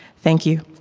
thank you